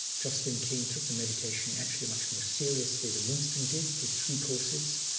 jocelyn king took the meditation actually much more seriously than winston did, did three courses.